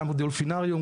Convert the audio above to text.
גם הדולפינריום,